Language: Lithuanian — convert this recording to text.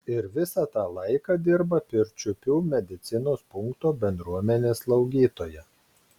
ir visą tą laiką dirba pirčiupių medicinos punkto bendruomenės slaugytoja